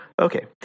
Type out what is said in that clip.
Okay